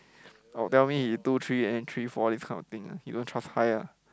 I will tell me two three and three four this kind of thing he don't trust high ah